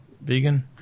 vegan